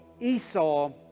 Esau